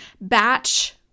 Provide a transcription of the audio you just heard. batch